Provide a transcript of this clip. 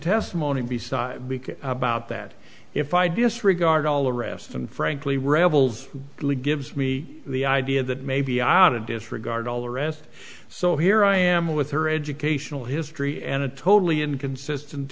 testimony beside about that if i disregard all arrests and frankly rebels gives me the idea that maybe i want to disregard all arrest so here i am with her educational history and a totally inconsistent